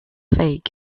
fake